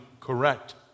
correct